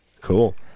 Cool